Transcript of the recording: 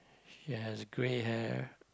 she has grey hair